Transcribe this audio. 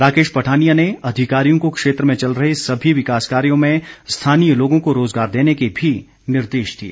राकेश पठानिया ने अधिकारियों को क्षेत्र में चल रहे सभी विकास कार्यों में स्थानीय लोगों को रोजगार देने के भी निर्देश दिए